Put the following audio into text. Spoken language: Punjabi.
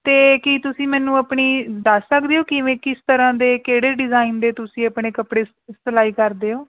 ਅਤੇ ਕੀ ਤੁਸੀਂ ਮੈਨੂੰ ਆਪਣੀ ਦੱਸ ਸਕਦੇ ਹੋ ਕਿਵੇਂ ਕਿਸ ਤਰ੍ਹਾਂ ਦੇ ਕਿਹੜੇ ਡਿਜ਼ਾਈਨ ਦੇ ਤੁਸੀਂ ਆਪਣੇ ਕੱਪੜੇ ਸਿਲਾਈ ਕਰਦੇ ਹੋ